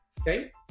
okay